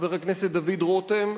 חבר הכנסת דוד רותם,